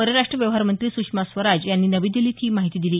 परराष्ट्र व्यवहारमंत्री सुषमा स्वराज यांनी नवी दिल्लीत ही माहिती दिली